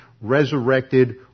resurrected